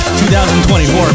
2024